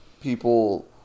people